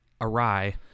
awry